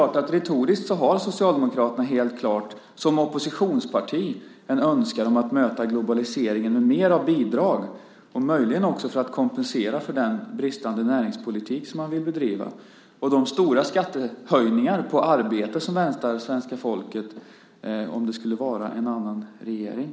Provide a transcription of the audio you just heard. Retoriskt har Socialdemokraterna, som oppositionsparti, en önskan om att möta globaliseringen med mer av bidrag - möjligen för att kompensera för den bristande näringspolitik man vill bedriva och de stora skattehöjningar på arbete som väntar det svenska folket om det skulle vara en annan regering.